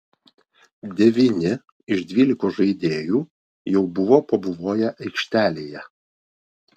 devyni iš dvylikos žaidėjų jau buvo pabuvoję aikštelėje